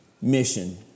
Mission